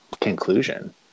conclusion